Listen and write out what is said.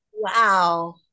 Wow